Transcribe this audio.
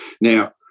Now